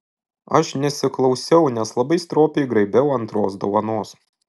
aš nesiklausiau nes labai stropiai graibiau antros dovanos